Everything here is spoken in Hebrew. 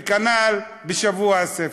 וכנ"ל בשבוע הספר,